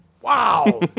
Wow